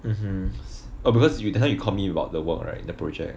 mmhmm oh because you just now you call me about the work right the project